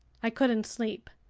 i couldn't sleep.